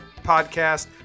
podcast